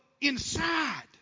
inside